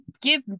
give